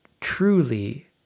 truly